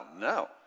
no